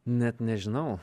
net nežinau